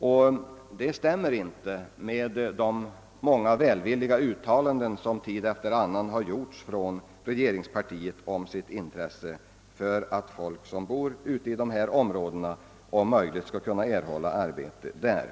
Detta överensstämmer inte med de många välvilliga uttalanden som tid efter annan gjorts från regeringspartiet om det intresse man har för att folk som bor i områdena i fråga om möjligt skall erhålla arbete där.